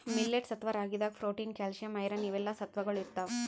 millets ಅಥವಾ ರಾಗಿದಾಗ್ protein, calcium, iron ಇವೆಲ್ಲಾ ಸತ್ವಗೊಳ್ ಇರ್ತವ್